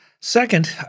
Second